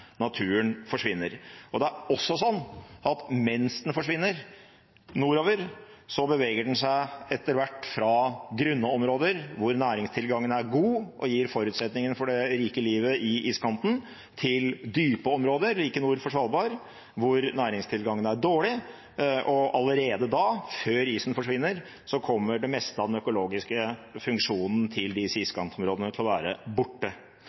naturen forsvinner. Det er også sånn at mens den forsvinner nordover, beveger den seg etter hvert fra grunne områder, hvor næringstilgangen er god og gir forutsetningene for det rike livet i iskanten, til dype områder like nord for Svalbard, hvor næringstilgangen er dårlig, og allerede da, før isen forsvinner, kommer det meste av den økologiske funksjonen til disse iskantområdene til å være borte.